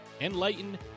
enlighten